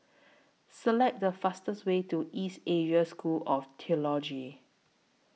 Select The fastest Way to East Asia School of Theology